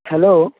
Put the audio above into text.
hello